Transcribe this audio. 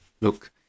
look